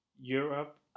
Europe